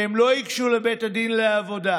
והם לא ייגשו לבית הדין לעבודה,